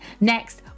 next